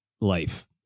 life